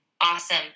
Awesome